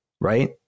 right